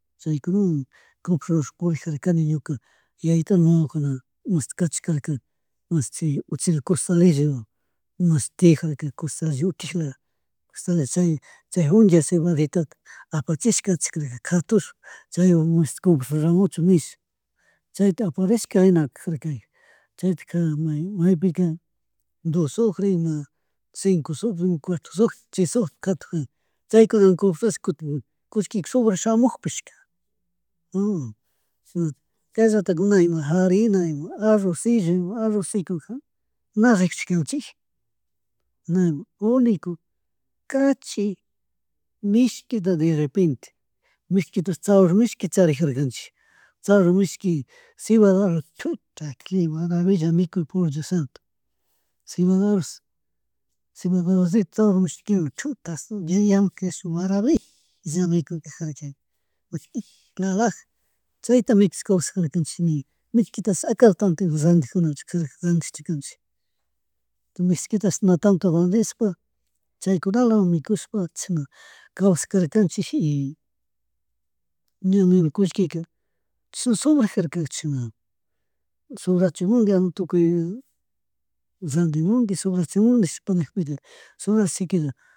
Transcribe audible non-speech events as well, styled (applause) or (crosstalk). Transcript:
Chaykunawan cimpras rurador purijarkani ñuka yayito alma wawakunapukja (unintelligible) chay uchila costalillo imashitik tijajarka custalillo utikla chaytik, chay junda cebaditata apachishka kachikjarkaka jatush (noise) chaywan (unintelligible) compras ruramuschun nish chayta aparishka ninakajarka chaytija maypika dos sucre ima cinco sucre ima cuatro sucre, chay sucre katujan chaykunawa compras kutin kushkika sobras shamugpishka (hesitation) shinalatik kay rato mana ima harian ima arrozcillo ima arroz secoka na rikushkanchika na ima uniko cachik mishkita derrepente, mishkitash tzawar mishkita charijarkanchi, tzawar mishkita cebada arroz chuta que maravilla mikuy por dios santo, cebada arroz, cebada arrocitota apamushpa ñuka chuta ashtawan yakunkashun maravilla mikurkajarkaka utigla alaja chayta mikushka kawsarkarrkanchik mishkitapish acaso tanto randijunachu karka randikchu karka mishkitapish na tanto randishpa chaykunalawan mikushpa chishna kawsajarkanchik y ña nini kushkika sobrag karkaja chashan sobrachimungui animal tukuy randimungyui sobranchingungui sobrachingumi nishpa nigpika (noise) sobrachig siquiera.